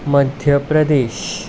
Madhya Pradesh